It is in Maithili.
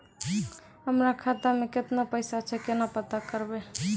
हमरा खाता मे केतना पैसा छै, केना पता करबै?